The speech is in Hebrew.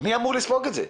מי אמור לספוג את זה?